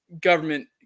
government